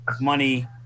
money